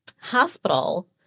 hospital